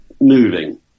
moving